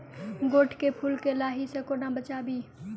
गोट केँ फुल केँ लाही सऽ कोना बचाबी?